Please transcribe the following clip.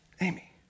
Amy